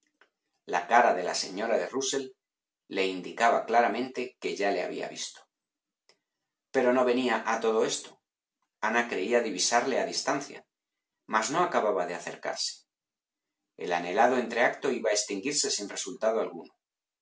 la cara de la señora de rusell le indicaba claramente que ya le había visto pero no venía a todo esto ana creía divisarle a distancia mas no acababa de acercarse el anhelado entreacto iba a extinguirse sin resultado alguno